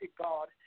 God